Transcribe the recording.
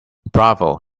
bravo